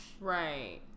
Right